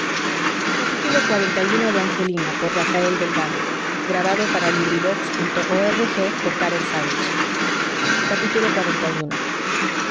a reposar porque sabe